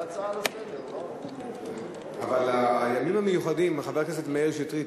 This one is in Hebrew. כל מי שלא מסכים עם חבר הכנסת מאיר שטרית,